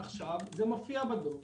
עכשיו זה מופיע בדוח